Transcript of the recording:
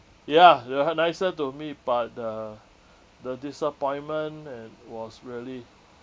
ya they were nicer to me but the the disappointment it was really